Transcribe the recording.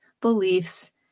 beliefs